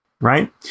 right